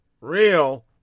real